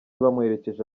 bamuherekeje